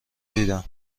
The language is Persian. دیدم